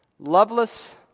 Loveless